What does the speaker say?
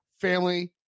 family